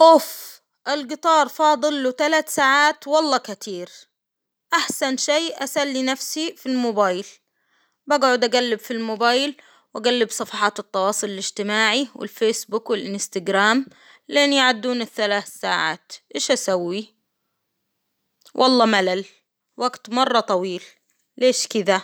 أوف الجطار فاضل له تلات ساعات والله كتير، أحسن شي أسلي نفسي الموبايل، بقعد أقلب في الموبايل، وأجلب صفحات التواصل الإجتماعي والفيسبوك والإنستجرام لين يعدون الثلاث ساعات، إيش اسوي، والله ملل، وقت مرة طويل، ليش كدا.